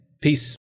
Peace